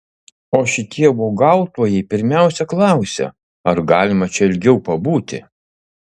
o šitie uogautojai pirmiausia klausia ar galima čia ilgiau pabūti